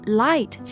light